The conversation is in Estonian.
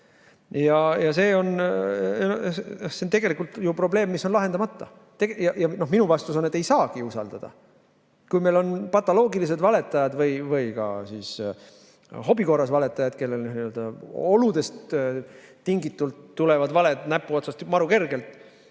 See on tegelikult probleem, mis on lahendamata. Minu vastus on, et ei saagi usaldada. Kui meil on patoloogilisi valetajaid või ka hobi korras valetajaid, kellel oludest tingitult tulevad valed näpuotsast maru kergelt,